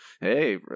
hey